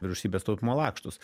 vyriausybės taupymo lakštus